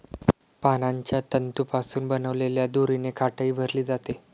पानांच्या तंतूंपासून बनवलेल्या दोरीने खाटही भरली जाते